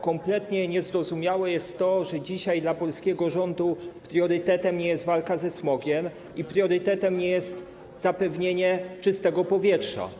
Kompletnie niezrozumiałe jest to, że dzisiaj dla polskiego rządu priorytetem nie jest walka ze smogiem i priorytetem nie jest zapewnienie czystego powietrza.